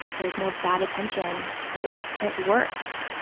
there's no bad attention. it it works.